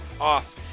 off